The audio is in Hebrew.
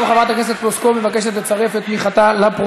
גם חברת הכנסת פלוסקוב מבקשת לצרף את תמיכתה בהצעה,